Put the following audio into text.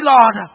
Lord